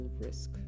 risk